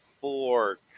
four